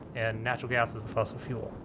and natural gas is a fossil fuel.